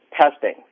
testing